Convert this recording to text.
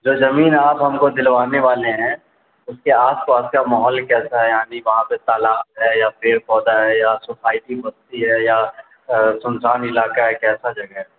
جو زمین آپ ہم کو دلوانے والے ہیں اس کے آس پاس کا ماحول کیسا ہے یعنی وہاں پہ تالاب ہے یا پیڑ پودا ہے یا سوسائٹی بستی ہے یا سنسان علاقہ ہے کیسا جگہ ہے